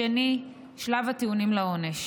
השני, שלב הטיעונים לעונש.